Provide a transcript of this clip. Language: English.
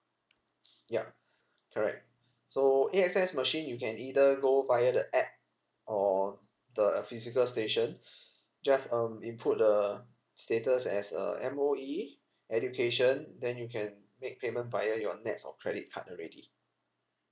yup correct so A_X_S machine you can either go via the app or the physical station just um input the status as uh M_O_E education then you can make payment via your N_E_T_S or credit card already